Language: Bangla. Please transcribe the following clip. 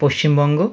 পশ্চিমবঙ্গ